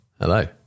Hello